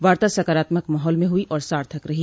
वार्ता सकारात्मक माहौल में हुई और सार्थक रही